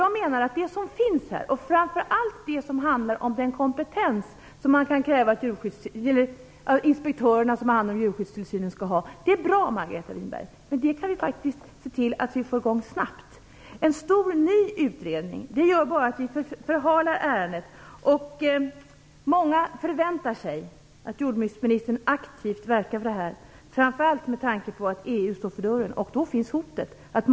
Jag menar att det som finns i den här rapporten - framför allt det som handlar om den kompetens som man kan kräva av de inspektörer som har hand om djurskyddstillsynen - är bra. Vi kan faktiskt se till att vi får i gång det här snabbt. En stor ny utredning gör bara att vi förhalar ärendet. Många förväntar sig att jordbruksministern aktivt skall verka för det här, framför allt med tanke på EU. Det finns ett hot.